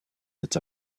that